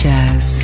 Jazz